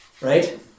right